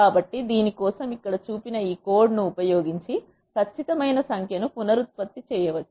కాబట్టి దీని కోసం ఇక్కడ చూపిన ఈ కోడ్ను ఉపయోగించి ఖచ్చితమైన సంఖ్య ను పునరుత్పత్తి చేయవచ్చు